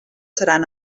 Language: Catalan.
seran